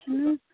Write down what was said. ٹھیٖک